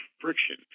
friction